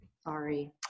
sorry